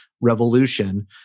revolution